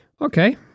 Okay